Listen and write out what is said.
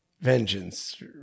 Vengeance